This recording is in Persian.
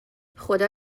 خدا